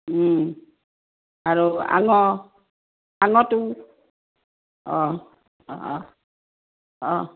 আৰু অঁ অঁ অঁ অঁ